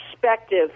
perspective